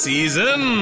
Season